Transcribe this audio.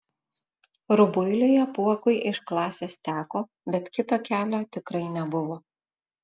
rubuiliui apuokui iš klasės teko bet kito kelio tikrai nebuvo